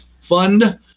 Fund